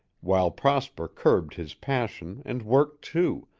while prosper curbed his passion and worked, too,